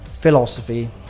philosophy